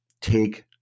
take